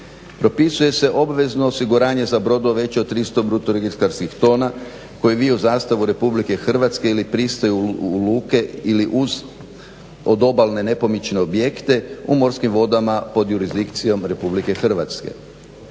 Propisuje se obvezno osiguranje za brodove veće od 300 bruto registarskih tona koji viju zastavu RH ili pristaju u luke ili uz obalne nepomične objekte u morskim vodama pod jurisdikcijom RH.